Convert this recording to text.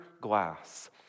glass